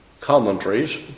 Commentaries